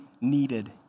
needed